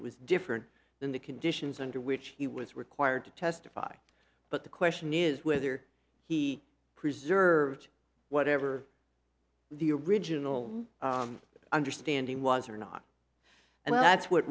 was different than the conditions under which he was required to testify but the question is whether he preserved whatever the original understanding was or nah and that's what